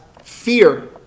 fear